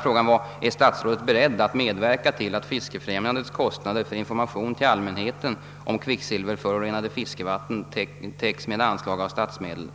frågan var: Är statsrådet beredd att medverka till att Fiskefrämjandets kostnader för information till allmänheten om kvicksilverförorenade fiskevatten täcks med anslag av statsmedel?